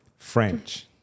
French